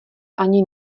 ani